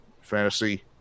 fantasy